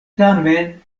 tamen